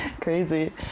crazy